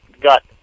got